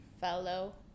fellow